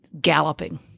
galloping